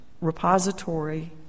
repository